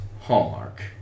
Hallmark